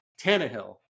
Tannehill